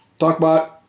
Talkbot